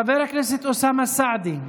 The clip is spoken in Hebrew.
חבר הכנסת אוסאמה סעדי,